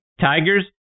Tigers